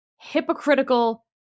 hypocritical